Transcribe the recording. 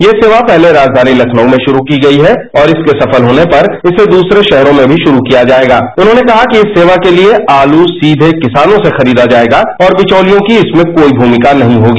यह सेवा पहले राजघानी लखनऊ में शुरू की गई है और इसके सफल होने पर इसे दूसरे शहरों में भी शुरू किया जाएगा उन्होंने कहा की सेवा के लिए आलू सीर्ष किसानों से खरीदा जाएगा और बिचौलियों की इसमें कोई भूमिका नहीं होगी